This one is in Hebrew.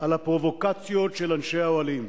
על הפרובוקציות של אנשי האוהלים.